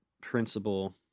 principle